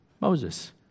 Moses